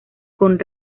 con